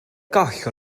goll